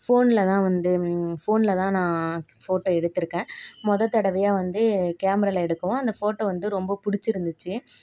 ஃபோனில்தான் வந்து ஃபோனில்தான் நான் ஃபோட்டோ எடுத்துருக்கேன் மொதல் தடவையாக வந்து கேமராவில் எடுக்கவும் அந்த ஃபோட்டோ வந்து ரொம்ப பிடிச்சிருந்துச்சி